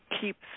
keep